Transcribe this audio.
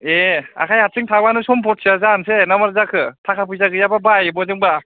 ए आखाय आथिं थाबानो सम्फथिया जानोसै ना मारै जाखो थाखा फैसा गैयाबा बाहाय माजोंबा